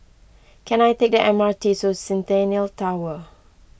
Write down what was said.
can I take the M R T to Centennial Tower